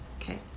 Okay